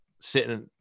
sitting